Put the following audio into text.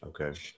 okay